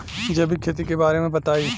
जैविक खेती के बारे में बताइ